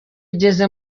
ugeze